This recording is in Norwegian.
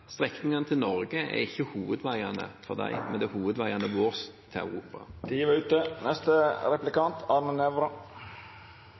strekningene til Norge hovedveiene for dem, men det er hovedveiene våre til Europa. Det er